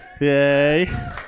Yay